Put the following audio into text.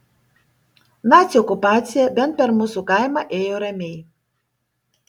nacių okupacija bent per mūsų kaimą ėjo ramiai